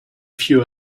few